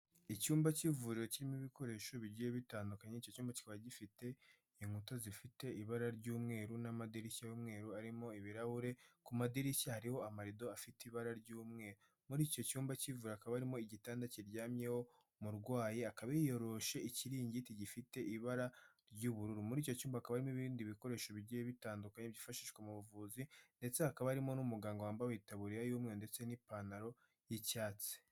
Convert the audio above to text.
Icyumba cy'ivuriro kirimo ibikoresho bigiye bitandukanye, icyo cyumba kikaba gifite inkuta zifite ibara ry'umweru n'amadirishya y'umweru arimo ibirahure, ku madirishya hariho amarido afite ibara ry'umweru. Muri icyo cyumba cyivuriro hakaba harimo igitanda kiryamyeho umurwayi, akaba yiyoroshe ikiringiti gifite ibara ry'ubururu. Muri cyo cyumba hakaba harimo n'ibindi bikoresho bigiye bitandukanye byifashishwa mu buvuzi ndetse hakaba harimo n'umuganga wambaye itaburiya y'umweru ndetse n'ipantaro y'icyatsi.